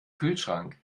kühlschrank